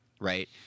Right